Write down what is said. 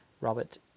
Robert